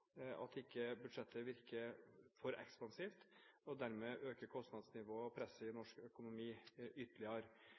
at ikke budsjettet virker for ekspansivt, og at kostnadsnivået dermed øker presset i norsk økonomi ytterligere.